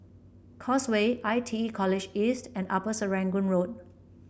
Causeway I T E College East and Upper Serangoon Road